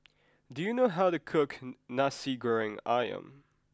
do you know how to cook Nasi Goreng Ayam